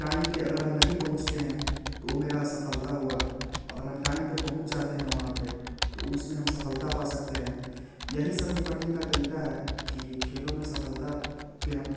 time पे अगर हम नहीं पहुँचते हैं तो मेरा असफलता हुआ और हम टाइम पे पहुँच जाते हैं वहाँ पे तो उसमें हम सफलता पा सकते हैं यही सब निपटने का तरीका है कि खेलो में सफलता पे हम